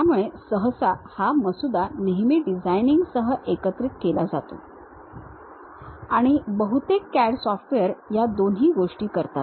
त्यामुळे सहसा हा मसुदा नेहमी डिझाइनिंगसह एकत्रित केला जातो आणि बहुतेक CAD सॉफ्टवेअर या दोन्ही गोष्टी करतात